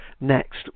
next